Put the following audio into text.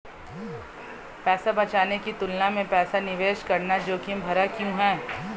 पैसा बचाने की तुलना में पैसा निवेश करना जोखिम भरा क्यों है?